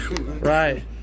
Right